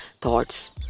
thoughts